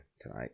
tonight